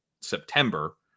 September